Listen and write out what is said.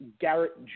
Garrett